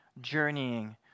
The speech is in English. journeying